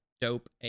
dope